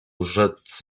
rzec